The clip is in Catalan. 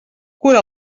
cura